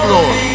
Lord